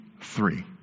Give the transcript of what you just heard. Three